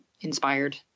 inspired